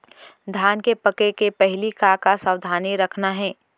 धान के पके के पहिली का का सावधानी रखना हे?